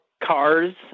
cars